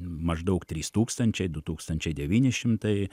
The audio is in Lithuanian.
maždaug trys tūkstančiai du tūkstakčiai devyni šimtai